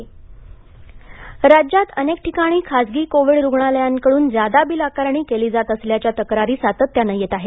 जादा बिल मुंबई राज्यात अनेक ठिकाणी खाजगी कोविड रूग्णालयांकडून जादा बिल आकारणी केली जात असल्याच्या तक्रारी सातत्यानं येत आहेत